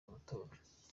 amatora